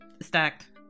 Stacked